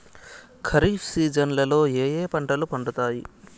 ఖరీఫ్ సీజన్లలో ఏ ఏ పంటలు పండుతాయి